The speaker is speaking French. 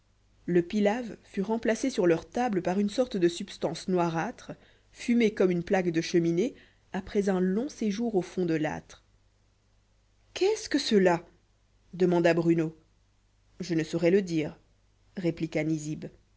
le pilaw fut remplacé sur leur table par une sorte de substance noirâtre fumée comme une plaque de cheminée après un long séjour au fond de l'âtre qu'est-ce que cela demanda bruno je ne saurais le dire répliqua